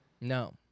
No